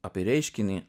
apie reiškinį